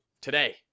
today